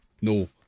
no